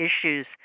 issues